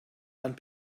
and